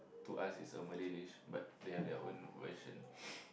to us it's a Malay dish but they have their own version